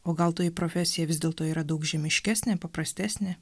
o gal toji profesija vis dėlto yra daug žemiškesnė paprastesnė